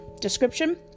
description